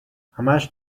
همش